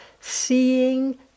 seeing